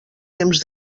temps